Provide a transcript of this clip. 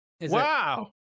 Wow